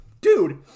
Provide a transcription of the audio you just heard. dude